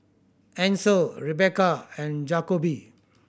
Ancel Rebekah and Jakobe